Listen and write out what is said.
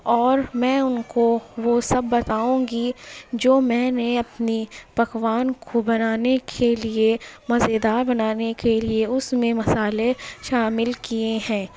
اور میں ان کو وہ سب بتاؤں گی جو میں نے اپنی پکوان کو بنانے کے لیے مزے دار بنانے کے لیے اس میں مسالے شامل کیے ہیں